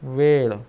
वेळ